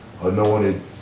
anointed